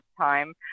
time